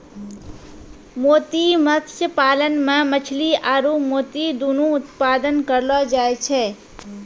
मोती मत्स्य पालन मे मछली आरु मोती दुनु उत्पादन करलो जाय छै